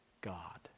God